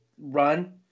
run